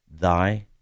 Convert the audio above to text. thy